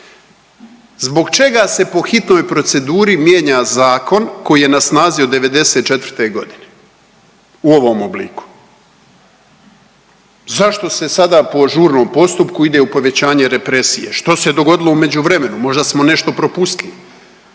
Zbog čega se po hitnoj proceduri mijenja zakon koji je na snazi od '94.g. u ovom obliku? Zašto se sada po žurnom postupku ide u povećanje represije, što se dogodilo u međuvremenu, možda smo nešto propustili?